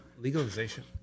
Legalization